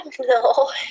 no